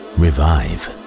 revive